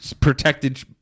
protected